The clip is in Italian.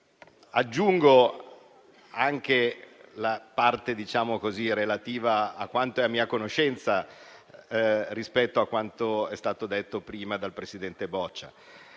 Aggiungo la parte relativa a quanto è di mia conoscenza, rispetto a quanto è stato detto prima dal presidente Boccia.